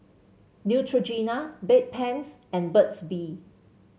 Neutrogena Bedpans and Burt's Bee